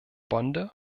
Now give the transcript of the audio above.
bonde